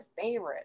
favorite